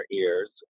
ears